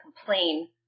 complain